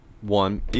one